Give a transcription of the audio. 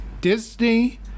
Disney